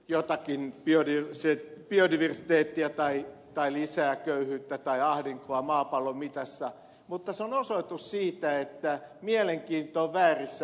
jotakin jo yksi viides vaaranna biodiversiteettiä tai lisää köyhyyttä tai ahdinkoa maapallon mittakaavassa mutta se on osoitus siitä että mielenkiinto on väärissä asioissa